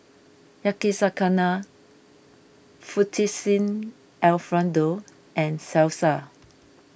Yakizakana Fettuccine Alfredo and Salsa